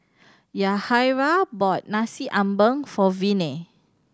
Yahaira bought Nasi Ambeng for Viney